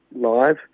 Live